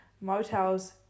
Motels